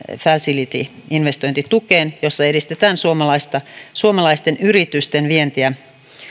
facility investointitukeen jossa edistetään suomalaisten yritysten vientiä